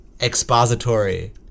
expository